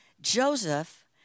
Joseph